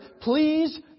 please